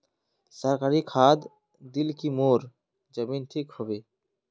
सरकारी खाद दिल की मोर जमीन ठीक होबे?